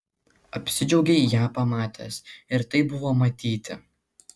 apsidžiaugei ją pamatęs ir tai buvo matyti